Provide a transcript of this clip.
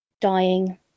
dying